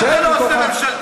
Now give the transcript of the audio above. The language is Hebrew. למה אתה לא רוצה ממשלתית?